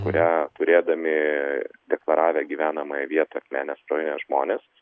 kurią turėdami deklaravę gyvenamąją vietą akmenės rajone žmonės